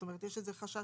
זאת אומרת שיש איזה חשש